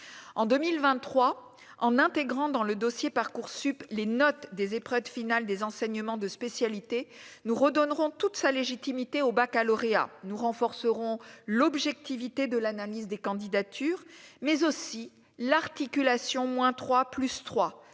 en 2023 en intégrant dans le dossier Parcoursup les notes des épreuves finales des enseignements de spécialité nous redonnerons toute sa légitimité au Baccalauréat, nous renforcerons l'objectivité de l'analyse des candidatures, mais aussi l'articulation, moins trois,